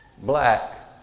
black